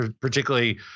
particularly